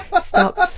Stop